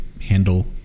handle